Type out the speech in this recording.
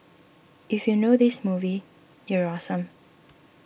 if you know this movie you're awesome